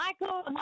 Michael